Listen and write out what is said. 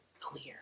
clear